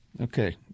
okay